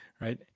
right